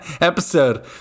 Episode